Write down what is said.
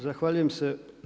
Zahvaljujem se.